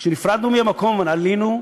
למה בישראל לא ככה?